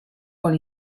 con